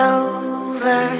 over